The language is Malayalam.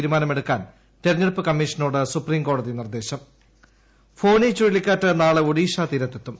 തീരുമാനമെടുക്കാൻ തെരഞ്ഞെട്ടുപ്പ് കമ്മീഷനോട് സുപ്രീംകോടതി നിർദ്ദേശം ി ഫോനി ചുഴലിക്കാറ്റ് നാളെ ഒഡീഷാ തീരത്തെത്തും